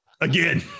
again